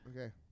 Okay